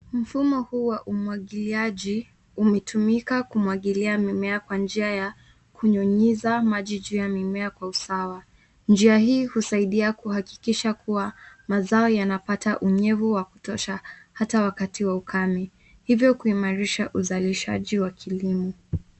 Mfumo huu wa umwagiliaji umetumika kumwagilia mimea kwa njia ya kunyunyiza maji juu ya mimea kwa usawa. Njia hii husaidia kuhakikisha kua mazao yanapata unyevu wa kutosha hata wakati wa ukame hivyo kuimarisha uzalishaji wa kilimo.